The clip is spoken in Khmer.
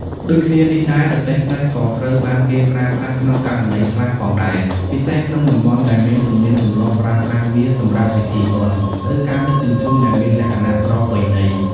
ដូចគ្នានេះដែរ រទេះសេះ ក៏ត្រូវបានគេប្រើប្រាស់ក្នុងករណីខ្លះផងដែរ ពិសេសក្នុងតំបន់ដែលមានទំនៀមទម្លាប់ប្រើប្រាស់វាសម្រាប់ពិធីបុណ្យ ឬការដឹកជញ្ជូនដែលមានលក្ខណៈប្រពៃណី។